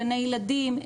גני ילדים,